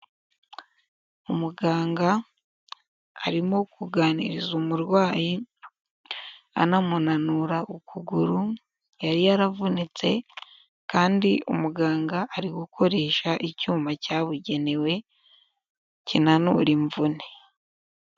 Umuganga arimo kuganiriza umurwayi anamunura ukuguru, yari yaravunitse kandi umuganga ari gukoresha icyuma cyabugenewe, kinanura imvune.